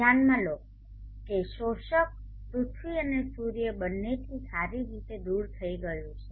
ધ્યાનમાં લો કે શોષક પૃથ્વી અને સૂર્ય બંનેથી સારી રીતે દૂર થઈ ગયું છે